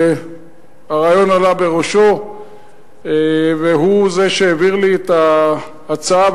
שהרעיון עלה בראשו והוא זה שהעביר לי את ההצעה.